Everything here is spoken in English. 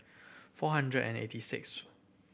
four hundred and eighty sixth